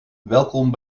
welkom